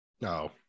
No